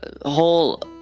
whole